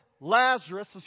Lazarus